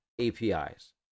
APIs